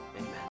amen